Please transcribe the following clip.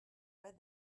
read